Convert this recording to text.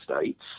states